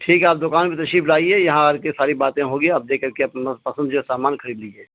ٹھیک ہے آپ دکان پہ تشیف لائیے یہاں آ کے ساری باتیں ہوگی آپے کر کے اپنا پسند جو ہے سامان خھرید لیجیے